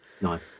Nice